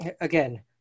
again